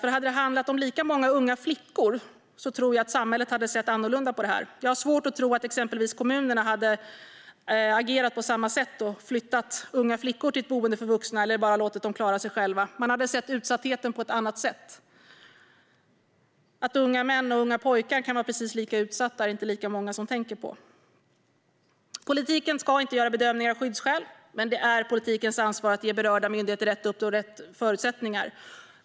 Om det hade handlat om lika många unga flickor tror jag att samhället hade sett annorlunda på detta. Jag har svårt att tro att exempelvis kommunerna hade agerat på samma sätt och flyttat unga flickor till ett boende för vuxna eller bara låtit dem klara sig själva. Man hade sett utsattheten på ett annat sätt. Att unga män och unga pojkar kan vara precis lika utsatta är det inte lika många som tänker på. Politiken ska inte göra bedömningar av skyddsskäl, men det är politikens ansvar att ge berörda myndigheter rätt uppdrag och rätt förutsättningar.